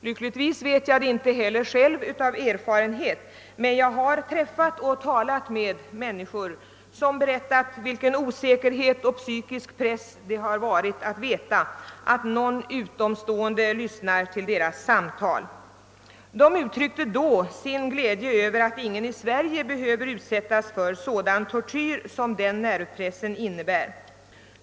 Lyckligtvis vet jag det inte av egen erfarenhet, men jag har träffat och talat med människor som har berättat om vilken osäkerhet och psykisk press det innebär att veta att någon utomstående lyssnar till deras telefonsamtal. De har uttryckt sin glädje över att ingen i Sverige behöver utsättas för en sådan tortyr som denna nervpress innebär.